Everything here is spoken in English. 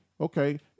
okay